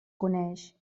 coneix